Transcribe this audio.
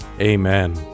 Amen